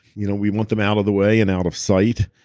you know we want them out of the way and out of sight.